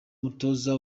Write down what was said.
umutoza